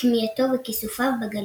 כמיהתו וכיסופיו בגלות.